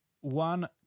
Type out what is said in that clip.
one